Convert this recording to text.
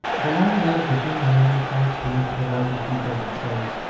so long as the german army points to its heraldic eagle and says,